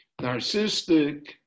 narcissistic